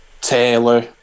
Taylor